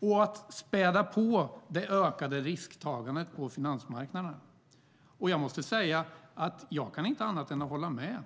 och att späda på det ökade risktagandet på finansmarknaderna. Jag måste säga att jag inte kan annat än att hålla med.